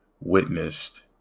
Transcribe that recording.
witnessed